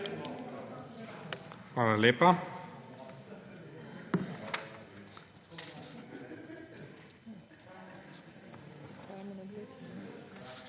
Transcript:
Hvala lepa.